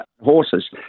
horses